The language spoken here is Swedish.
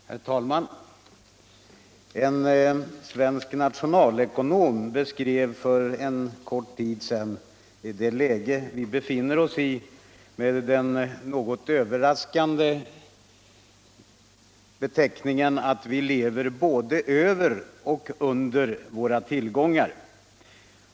Herr talman! En svensk nationalekonom beskrev för kort tid sedan det läge vi befinner oss i med att något överraskande säga att vi lever både över och under våra tillgångar.